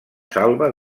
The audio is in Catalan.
salva